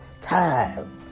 time